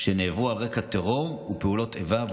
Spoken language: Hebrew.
שנעברו על רקע טרור ופעולות איבה,